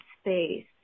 space